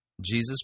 Jesus